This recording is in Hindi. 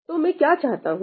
तो मैं क्या चाहता हूं